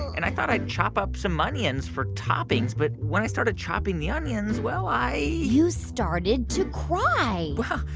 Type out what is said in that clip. and i thought i'd chop up some onions for toppings. but when i started chopping the onions, well, i. you started to cry well,